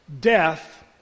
death